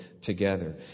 together